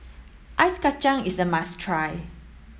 ice Kachang is a must try